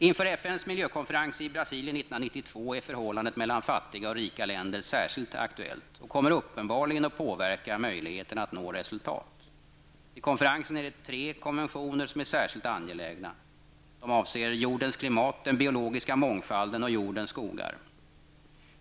Inför FNs miljökonferens i Brasilien 1992 är förhållandet mellan fattiga och rika länder särskilt aktuellt och kommer uppenbarligen att påverka möjligheterna att nå resultat. Vid konferensen är vidare tre konventioner särskilt angelägna. De avser jordens klimat, den biologiska mångfalden och jordens skogar.